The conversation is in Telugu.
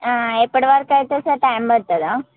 ఎప్పటి వరకు అవుతుంది సార్ టైం పడుతుందా